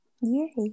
Yay